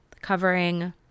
covering